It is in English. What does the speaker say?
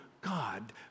God